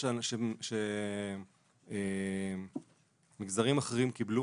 תוספות שמגזרים אחרים קיבלו.